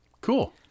Cool